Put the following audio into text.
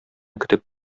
көтеп